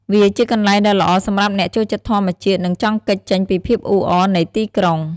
វាជាកន្លែងដ៏ល្អសម្រាប់អ្នកចូលចិត្តធម្មជាតិ និងចង់គេចចេញពីភាពអ៊ូអរនៃទីក្រុង។